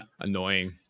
annoying